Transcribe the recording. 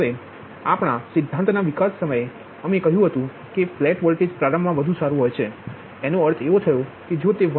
તેમ છતાં સિદ્ધાંતના વિકાસ સમયે અમે કહ્યું છે કે ફ્લેટ વોલ્ટેજ પ્રારંભ મા વધુ સારું છે તેનો અર્થ છે કે જો તે 1